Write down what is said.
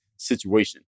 situation